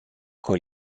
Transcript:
con